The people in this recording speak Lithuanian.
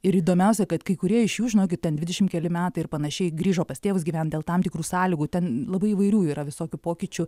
ir įdomiausia kad kai kurie iš jų žinokit ten dvidešimt keli metai ir panašiai grįžo pas tėvus gyvent dėl tam tikrų sąlygų ten labai įvairių yra visokių pokyčių